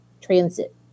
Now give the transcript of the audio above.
transit